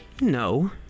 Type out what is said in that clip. No